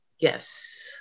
yes